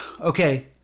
okay